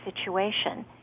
situation